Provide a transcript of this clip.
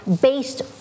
based